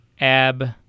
Ab